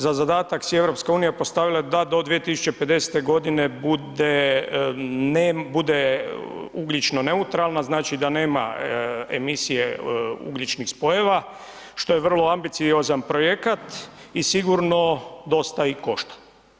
Za zadatak si je EU postavila da do 2050. godine bude ugljično neutralna, znači da nema emisije ugljičnih spojeva što je vrlo ambiciozan projekat i sigurno dosta košta.